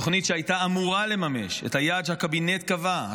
בתוכנית שהייתה אמורה לממש את היעד שהקבינט קבע,